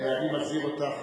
אני מזהיר אותך,